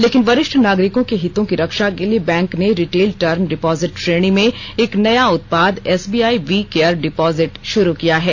लेकिन वरिष्ठ नागरिकों के हितों की रक्षा के लिए बैंक ने रिटेल टर्म डिपोजिट श्रेणी में एक नया उत्पाद एसबीआई वी केयर डिपोजिट शुरू किया है